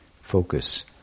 focus